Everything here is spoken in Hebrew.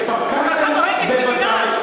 בכפר-קאסם, בוודאי.